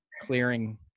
clearing